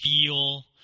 feel